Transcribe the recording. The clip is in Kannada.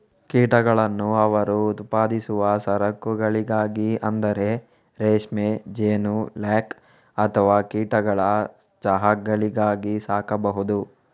ಕೀಟಗಳನ್ನು ಅವರು ಉತ್ಪಾದಿಸುವ ಸರಕುಗಳಿಗಾಗಿ ಅಂದರೆ ರೇಷ್ಮೆ, ಜೇನು, ಲ್ಯಾಕ್ ಅಥವಾ ಕೀಟಗಳ ಚಹಾಗಳಿಗಾಗಿ ಸಾಕಬಹುದು